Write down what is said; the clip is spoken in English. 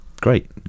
Great